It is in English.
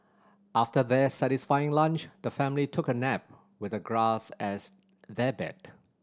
after their satisfying lunch the family took a nap with the grass as their bed